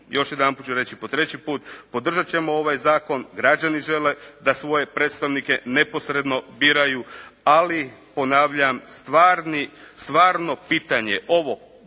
još jedanput ću reći po treći put, podržat ćemo ovaj Zakon, građani žele da svoje predstavnike neposredno biraju, ali ponavljam stvarno pitanje ovog